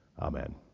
Amen